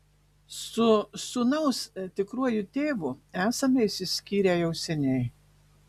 su sūnaus tikruoju tėvu esame išsiskyrę jau seniai